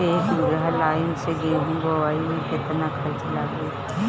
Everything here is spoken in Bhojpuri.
एक बीगहा लाईन से गेहूं बोआई में केतना खर्चा लागी?